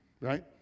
right